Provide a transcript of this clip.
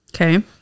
Okay